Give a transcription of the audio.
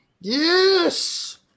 Yes